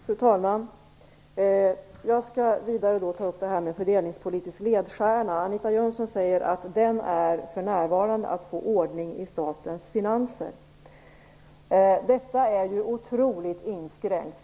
Fru talman! Anita Jönsson säger att Socialdemokraternas fördelningspolitiska ledstjärna för närvarande är att få ordning i statens finanser. Detta är ju otroligt inskränkt.